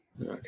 okay